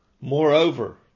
Moreover